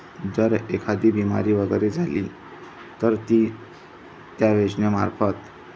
जर एखादी बिमारी वगैरे झाली तर ती त्या योजनेमार्फत